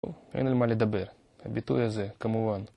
אין על מה לדבר, הביטוי הזה כמובן